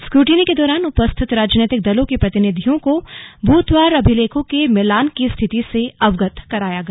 scrutiny के दौरान उपस्थित राजनैतिक दलों के प्रतिनिधियों को बूथवार अभिलेखों के मिलान की स्थिति से अवगत कराया गया